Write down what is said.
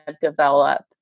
develop